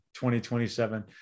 2027